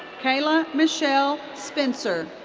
kayla michelle spencer.